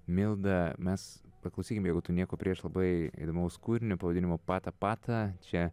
milda mes paklausykim jeigu tu nieko prieš labai įdomaus kūrinio pavadinimu pata pata čia